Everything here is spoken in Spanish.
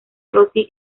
rossi